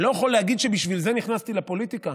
אני לא יכול להגיד שבשביל זה נכנסתי לפוליטיקה.